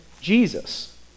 Jesus